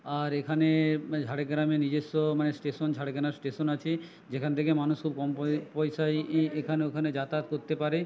আর এখানে ঝাড়গ্রামে নিজেস্ব মানে স্টেশন ঝাড়গ্রাম স্টেশন আছে যেখান থেকে মানুষ খুব কম পয় পয়সায় এখানে ওখানে যাতায়াত করতে পারে